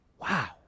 wow